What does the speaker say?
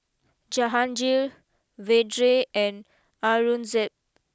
Jahangir Vedre and Aurangzeb